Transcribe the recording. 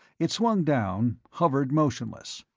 it swung down, hovered motionless.